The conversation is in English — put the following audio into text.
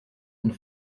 and